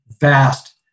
vast